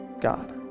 God